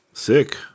Sick